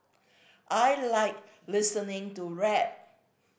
I like listening to rap